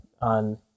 on